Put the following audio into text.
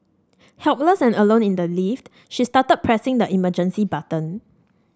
helpless and alone in the lift she started pressing the emergency button